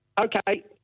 Okay